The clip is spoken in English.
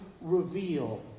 reveal